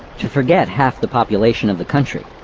to forget half the population of the country.